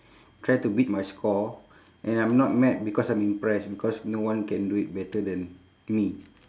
try to beat my score and I'm not mad because I'm impressed because no one can do it better than me